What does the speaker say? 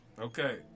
Okay